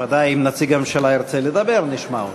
ודאי, אם נציג הממשלה ירצה לדבר, נשמע אותו,